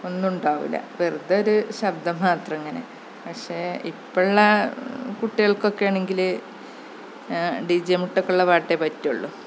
ഒന്നുമുണ്ടാവില്ല വെറുതെയൊരു ശബ്ദം മാത്രമിങ്ങനെ പക്ഷേ ഇപ്പോഴുള്ള കുട്ടികള്ക്കൊക്കെ ആണെങ്കില് ഡി ജെ മുട്ടൊക്കെ ഉള്ള പാട്ടേ പറ്റുള്ളു